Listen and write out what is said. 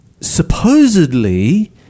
supposedly